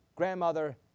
grandmother